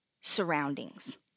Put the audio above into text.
surroundings